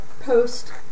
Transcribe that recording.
post